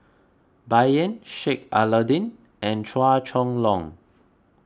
Bai Yan Sheik Alau'ddin and Chua Chong Long